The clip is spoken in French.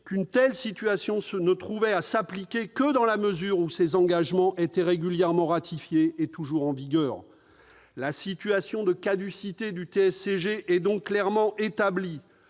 qu'une telle situation ne trouvait à s'appliquer que dans la mesure où ces engagements étaient régulièrement ratifiés et toujours en vigueur. La situation de caducité du TSCG est donc clairement établie.